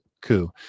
coup